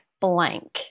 blank